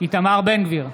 איתמר בן גביר,